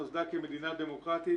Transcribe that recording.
נוסדה כמדינה דמוקרטית,